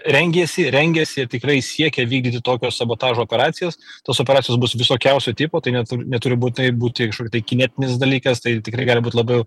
rengėsi rengiasi tikrai siekia vykdyti tokio sabotažo operacijas tos operacijos bus visokiausio tipo tai net neturi būtinai būti kažkokie tai kinetinis dalykas tai tikrai gali būt labiau